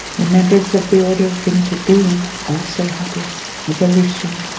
the members of the order of interbeing also have this volition.